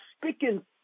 speaking